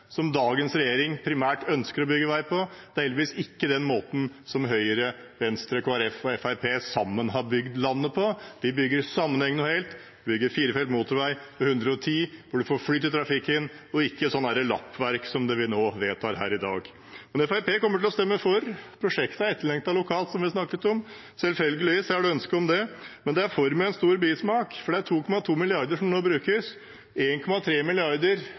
måten dagens regjering primært ønsker å bygge vei på. Det er heldigvis ikke den måten Høyre, Venstre, Kristelig Folkeparti og Fremskrittspartiet sammen har bygd landet på. Vi bygger sammenhengende og helt, vi bygger firefelts motorvei med fartsgrense på 110 km/t. Vi får flyt i trafikken, og ikke et sånt lappverk som det vi nå vedtar her i dag. Men Fremskrittspartiet kommer til å stemme for. Prosjektet er etterlengtet lokalt, som vi snakket om. Selvfølgelig er det et ønske om det, men vi stemmer for med en stor bismak, for det er 2,2 mrd. kr som nå brukes,